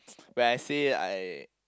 when I say I